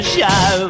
Show